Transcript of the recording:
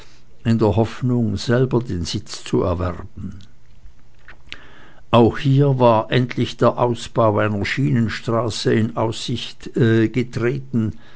in der hoffnung selber den sitz zu erwerben auch hier war endlich der bau einer schienenstraße in aussicht getreten